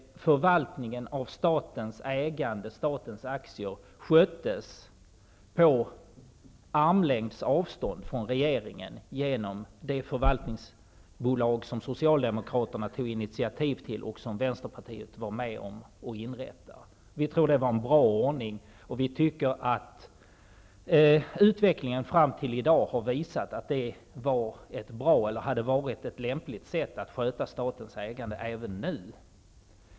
Förvaltningen av statens ägande, statens aktier, sköttes på armlängds avstånd från regeringen genom det förvaltningsbolag som Vänsterpartiet var med om att inrätta. Vi tror att det var en bra ordning, och vi tycker att utvecklingen fram till i dag har visat att det hade varit ett lämpligt sätt att sköta statens ägande även nu.